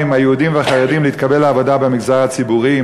היהודים והחרדים להתקבל לעבודה במגזר הציבורי,